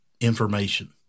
information